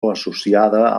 associada